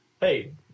hey